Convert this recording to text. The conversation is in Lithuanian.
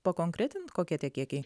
pakonkretint kokie tie kiekiai